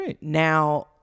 now